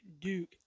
Duke